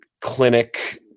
clinic